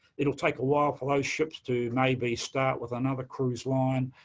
it'll take a while for those ships to maybe start with another cruise line.